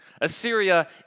Assyria